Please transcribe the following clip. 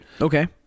Okay